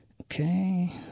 Okay